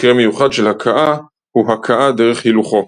מקרה מיוחד של הכאה הוא "הכאה דרך הילוכו".